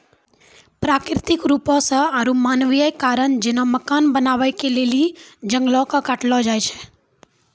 प्राकृतिक रुपो से आरु मानवीय कारण जेना मकान बनाबै के लेली जंगलो के काटलो जाय छै